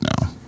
now